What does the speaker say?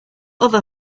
other